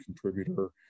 contributor